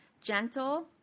gentle